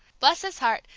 bless his heart,